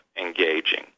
engaging